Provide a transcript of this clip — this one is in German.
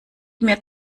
mir